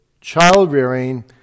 child-rearing